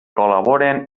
col·laboren